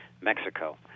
Mexico